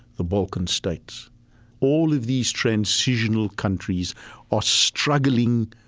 the balkan states all of these transitional countries are struggling